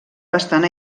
bastant